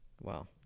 Wow